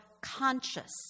conscious